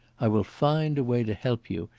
i will find a way to help you,